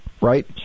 right